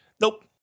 Nope